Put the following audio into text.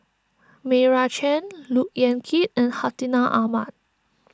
Meira Chand Look Yan Kit and Hartinah Ahmad